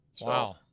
wow